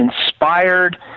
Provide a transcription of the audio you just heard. inspired